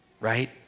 Right